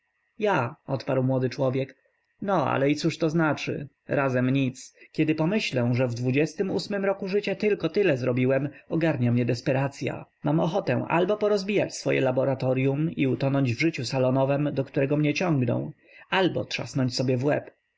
ja odparł młody człowiek no ale i cóź to znaczy razem nic kiedy pomyślę że w dwudziestym ósmym roku tylko tyle zrobiłem ogarnia mnie desperacya mam ochotę albo porozbijać swoje laboratoryum i utonąć w życiu salonowem do którego mnie ciągną albo trzasnąć sobie w łeb